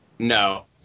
No